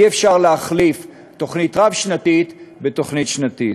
אי-אפשר להחליף תוכנית רב-שנתית בתוכנית שנתית.